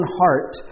heart